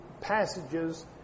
passages